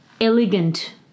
elegant